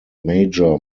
major